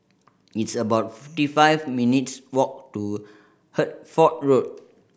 it's about fifty five minutes' walk to Hertford Road